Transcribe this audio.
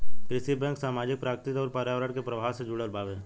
कृषि बैंक सामाजिक, प्राकृतिक अउर पर्यावरण के प्रभाव से जुड़ल बावे